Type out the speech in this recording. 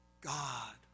God